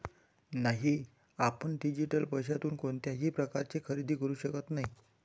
नाही, आपण डिजिटल पैशातून कोणत्याही प्रकारचे खरेदी करू शकत नाही